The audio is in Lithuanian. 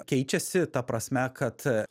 keičiasi ta prasme kad